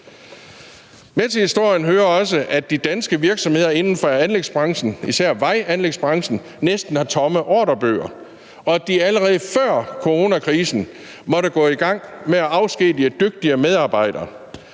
Med til historien hører også, at de danske virksomheder inden for anlægsbranchen, især vejanlægsbranchen, næsten har tomme ordrebøger, og at de allerede før coronakrisen måtte gå i gang med at afskedige dygtige medarbejdere.